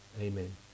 amen